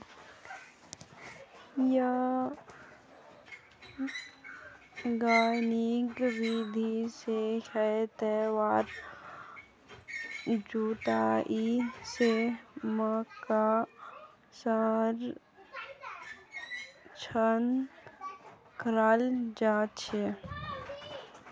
वैज्ञानिक विधि से खेतेर जुताई से मृदा संरक्षण कराल जा छे